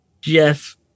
Jeff